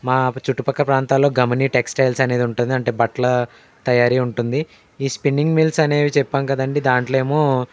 మా చుట్టుపక్క ప్రాంతాల్లో గమిణి టెక్స్టైల్స్ అనేది ఉంటుంది అంటే బట్టల తయారీ ఉంటుంది ఈ స్పిన్నింగ్ మిల్స్ అనేవి చెప్పాము కదండీ దాంట్లో ఏమో